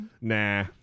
Nah